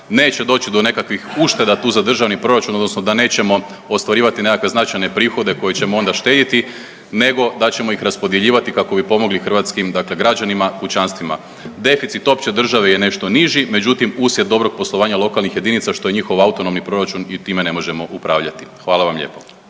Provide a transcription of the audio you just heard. neće doći do nekakvih ušteda tu za državni proračun odnosno da nećemo ostvarivati nekakve značajne prihode koje ćemo onda štedjeti nego da ćemo iz raspodjeljivati kako bi pomogli hrvatskim dakle građanima, kućanstvima. Deficit opće države je nešto niži međutim uslijed dobrog poslovanja lokalnih jedinica što je njihov autonomni proračun i time ne možemo upravljati. Hvala vam lijepo.